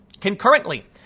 Concurrently